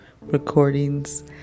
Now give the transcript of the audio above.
recordings